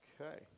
Okay